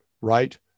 right